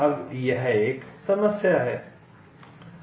अब यह एक समस्या है